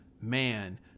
man